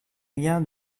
rien